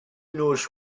knows